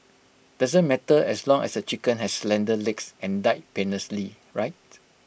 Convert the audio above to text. doesn't matter as long as the chicken has slender legs and died painlessly right